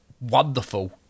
wonderful